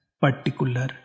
particular